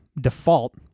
default